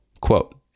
Quote